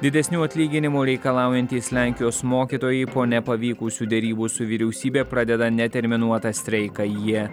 didesnių atlyginimų reikalaujantys lenkijos mokytojai po nepavykusių derybų su vyriausybe pradeda neterminuotą streiką jie